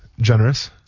Generous